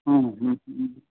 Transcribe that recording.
ह्म ह्म्म हम्म